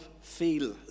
feel